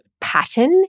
pattern